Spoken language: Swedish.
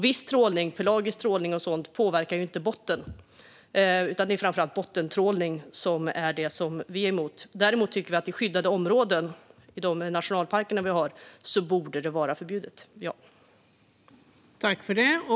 Viss trålning, pelagisk trålning och sådant, påverkar inte botten, utan det är framför allt bottentrålning som vi är emot. Däremot tycker vi att det borde vara förbjudet i skyddade områden som våra nationalparker - ja.